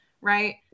right